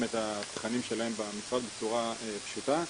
את התכנים שלהם במשרד בצורה פשוטה.